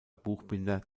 buchbinder